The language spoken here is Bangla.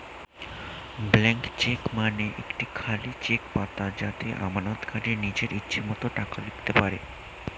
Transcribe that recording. ব্লাঙ্ক চেক মানে একটি খালি চেক পাতা যাতে আমানতকারী নিজের ইচ্ছে মতো টাকা লিখতে পারে